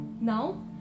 Now